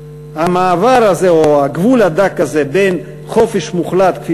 והמעבר הזה או הגבול הדק הזה בין חופש מוחלט כפי